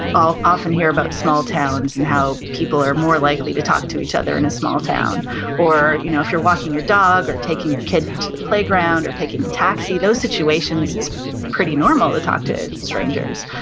i'll often hear about small towns and how people are more likely to talk to each other in a small town or you know if you're walking your dog or taking your kid to the playground or taking a taxi, those situations, it's pretty normal to talk to strangers,